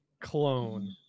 clone